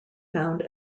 found